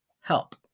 help